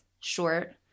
short